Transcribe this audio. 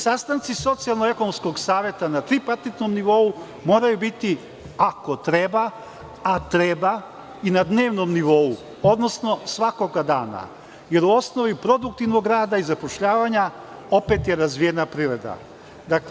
Sastanci Socijalno-ekonomskog saveta na tripartitnom nivou moraju biti, ako treba, a treba, i na dnevnom nivou, odnosno svakoga dana, jer u osnovi produktivnog rada i zapošljavanja opet je razvijena privreda.